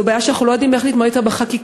זו בעיה שאנחנו לא יודעים איך להתמודד אתה בחקיקה.